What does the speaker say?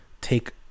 take